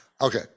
Okay